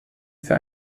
für